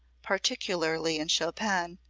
particularly in chopin,